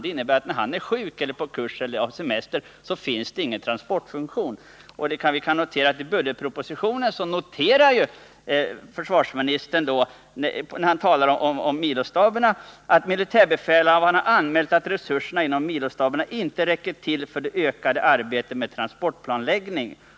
Det innebär att när han är sjuk, är på kurs eller har semester finns det ingen transportfunktion. I budgetpropositionen noterar försvarsministern, när han talar om milostaberna, att militärbefälhavarna har anmält att resurserna inom milostaberna inte räcker till för det ökade arbetet med transportplanläggning.